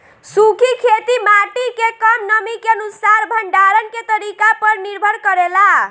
सूखी खेती माटी के कम नमी के अनुसार भंडारण के तरीका पर निर्भर करेला